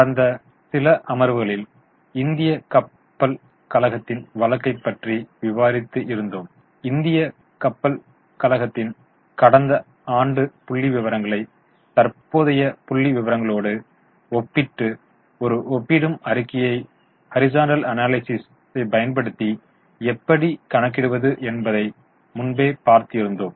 கடந்த சில அமர்வுகளில் இந்திய கப்பல் கழகத்தின் வழக்கைப் பற்றி விவரித்து இருந்தோம் இந்திய கப்பல் கழகத்தின் கடந்த ஆண்டு புள்ளிவிவரங்களை தற்போதைய புள்ளிவிவரங்களோடு ஒப்பீட்டு ஒரு ஒப்பிடும் அறிக்கையை ஹரிஸ்ஸன்ட்டல் அனாலிசிஸை பயன்படுத்தி எப்படி கணக்கிடுவது என்பதை முன்பே பார்த்து இருத்தோம்